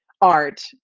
art